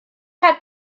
had